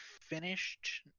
finished